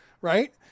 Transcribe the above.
right